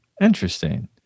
Interesting